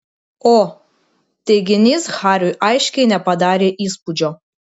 o teiginys hariui aiškiai nepadarė įspūdžio